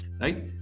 right